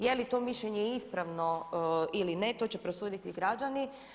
Je li to mišljenje ispravno ili ne to će prosuditi građani.